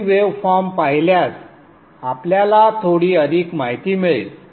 तुम्ही वेवफॉर्म्स पाहिल्यास आपल्याला थोडी अधिक माहिती मिळेल